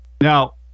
Now